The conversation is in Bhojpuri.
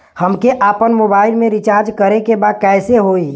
हमके आपन मोबाइल मे रिचार्ज करे के बा कैसे होई?